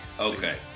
okay